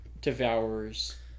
devours